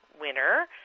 winner